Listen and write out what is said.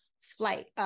flight